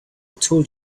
told